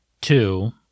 two